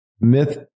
Myth